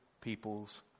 people's